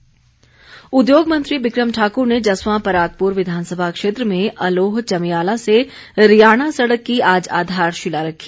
बिक्रम ठाकुर उद्योग मंत्री बिक्रम ठाक्र ने जसवां परागप्र विधानसभा क्षेत्र में अलोह चमियाला से रियाणा सड़क की आज आधारशिला रखी